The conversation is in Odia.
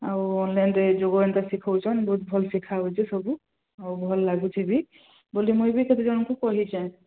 ଆଉ ଅନଲାଇନରେ ଯୋଗ ଏମିତି ଶିଖଉଛନ୍ତି ବହୁତ ଭଲ ଶିଖା ହେଉଛି ସବୁ ଆଉ ଭଲ ଲାଗୁଛି ବି ବୋଲି ମୁଁ ବି କେତେ ଜଣଙ୍କୁ କହିଛି